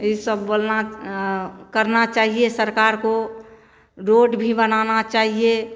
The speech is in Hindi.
इ सब बोलना च करना चाहिए सरकार को रोड भी बनाना चाहिए